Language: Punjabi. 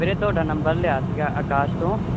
ਵੀਰੇ ਤੁਹਾਡਾ ਨੰਬਰ ਲਿਆ ਸੀਗਾ ਆਕਾਸ਼ ਤੋਂ